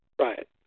Right